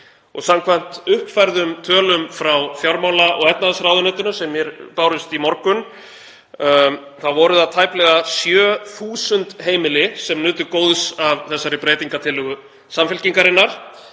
Samkvæmt uppfærðum tölum frá fjármála- og efnahagsráðuneytinu sem mér bárust í morgun voru það tæplega 7.000 heimili sem nutu góðs af þessari breytingartillögu Samfylkingarinnar